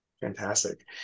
Fantastic